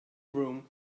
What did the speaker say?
room